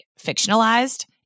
fictionalized